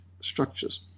structures